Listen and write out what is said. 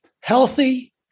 healthy